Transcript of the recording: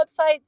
websites